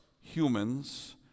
humans